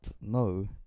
no